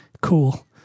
Cool